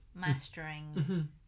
mastering